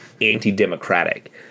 anti-democratic